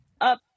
up